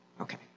Okay